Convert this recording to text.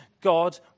God